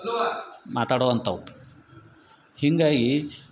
ಮಾತಾಡುವಂತವು ಹಿಂಗಾಗಿ